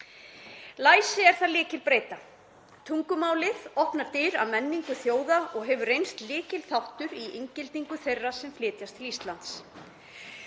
Læsi er þar lykilbreyta. Tungumálið opnar dyr að menningu þjóða og hefur reynst lykilþáttur í inngildingu þeirra sem flytjast til Íslands.